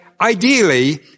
ideally